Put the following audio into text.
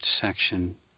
section